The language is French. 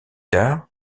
tard